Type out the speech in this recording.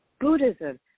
Buddhism